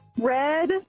Red